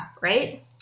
right